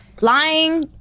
lying